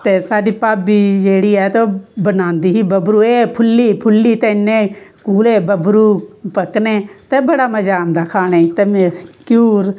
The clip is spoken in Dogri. ते साढ़ी भाबी जेह्ड़ी ऐ ते ओह् बनांदी ही बब्बरू ए फुल्ली फुल्ली ते इन्ने खूले बब्बरू पक्कने ते बड़ा मज़ा आंदा हा खानेई ते घ्यूर